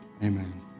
Amen